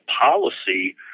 policy